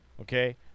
okay